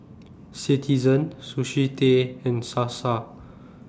Citizen Sushi Tei and Sasa